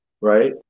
right